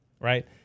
right